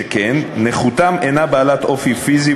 שכן נכותם אינה בעלת אופי פיזי,